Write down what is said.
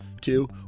two